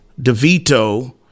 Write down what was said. DeVito